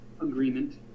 agreement